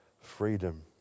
freedom